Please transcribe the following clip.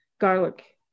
garlic